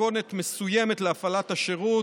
מתכונת מסוימת להפעלת השירות,